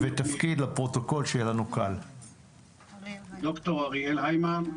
שמי ד"ר אריאל היימן,